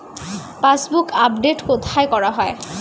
Passbook update কোথায় করা হয়?